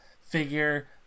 figure